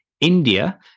India